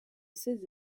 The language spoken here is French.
ses